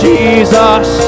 Jesus